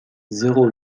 zéro